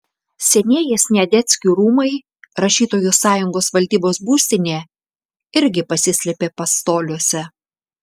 senieji sniadeckių rūmai rašytojų sąjungos valdybos būstinė irgi pasislėpė pastoliuose